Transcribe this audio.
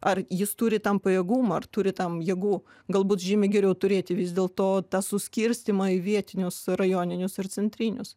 ar jis turi tam pajėgumų ar turi tam jėgų galbūt žymiai geriau turėti vis dėlto tą suskirstymą į vietinius rajoninius ir centrinius